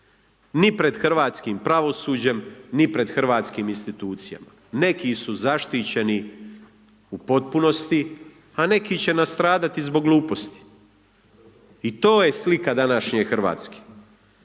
Ni pred hrvatskim pravosuđem, ni pred hrvatskim institucijama, neki su zaštićeni u potpunosti, a neki će nastradati zbog gluposti i to je slika današnje Hrvatske.